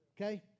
okay